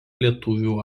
lietuvių